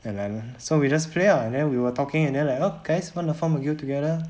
and then so we just play ah and then we were talking and then like oh can I spawn and farm a guild together